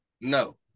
No